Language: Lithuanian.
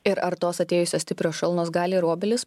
ir ar tos atėjusios stiprios šalnos gali ir obelis